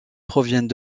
proviennent